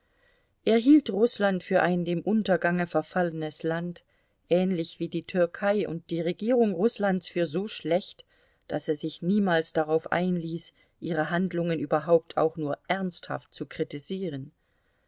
er hielt rußland für ein dem untergange verfallenes land ähnlich wie die türkei und die regierung rußlands für so schlecht daß er sich niemals darauf einließ ihre handlungen überhaupt auch nur ernsthaft zu kritisieren